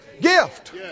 gift